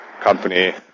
Company